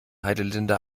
heidelinde